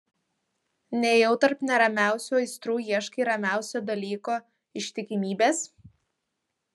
nejau tarp neramiausių aistrų ieškai ramiausio dalyko ištikimybės